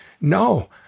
No